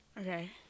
okay